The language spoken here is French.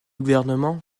gouvernement